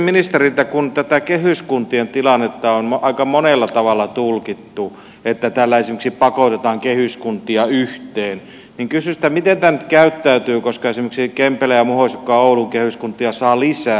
mutta kun tätä kehyskuntien tilannetta on aika monella tavalla tulkittu että tällä esimerkiksi pakotetaan kehyskuntia yhteen niin kysyisin miten tämä nyt käyttäytyy koska esimerkiksi kempele ja muhos jotka ovat oulun kehyskuntia saavat lisää